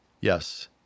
Yes